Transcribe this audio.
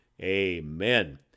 amen